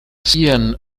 sean